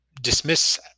dismiss